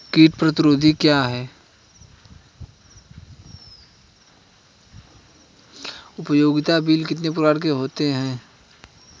कीट प्रतिरोधी क्या है?